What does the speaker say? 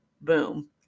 Boom